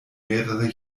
mehrere